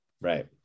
Right